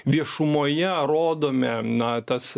viešumoje rodome na tas